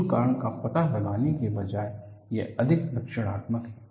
मूल कारण का पता लगाने के बजाय यह अधिक लक्षणात्मक है